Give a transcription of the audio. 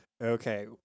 Okay